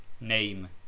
Name